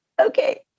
okay